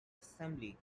assembly